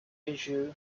issue